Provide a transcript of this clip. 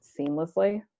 seamlessly